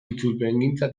itzulpengintza